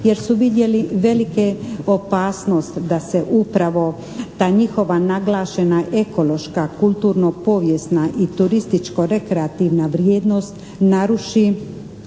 jer su vidjeli velike opasnost da se upravo ta njihova naglašena ekološka, kulturno-povijesna i turističko-rekreativna vrijednost naruši,